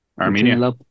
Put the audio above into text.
Armenia